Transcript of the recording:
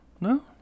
No